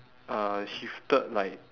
uh shifted like